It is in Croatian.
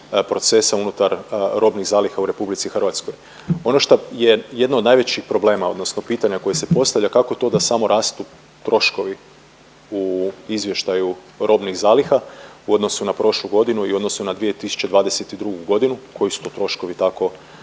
procesa unutar robnih zaliha u RH. Ono šta je jedno od najvećih problema odnosno pitanja koja se postavlja, kako to da samo rastu troškovi u izvještaju robnih zaliha u odnosu na prošlu godinu i odnosu na 2022. g. koji su to troškovi tako